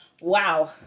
Wow